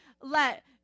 let